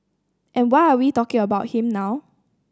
and why are we talking about him now